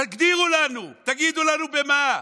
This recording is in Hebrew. תגדירו לנו, תגידו לנו במה.